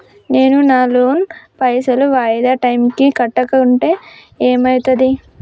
నేను నా లోన్ పైసల్ వాయిదా టైం కి కట్టకుంటే ఏమైతది?